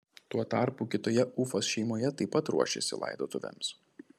tuo tarpu kitoje ufos šeimoje taip pat ruošėsi laidotuvėms